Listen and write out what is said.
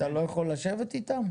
אתה לא יכול לשבת איתם?